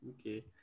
Okay